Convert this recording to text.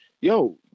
yo